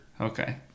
okay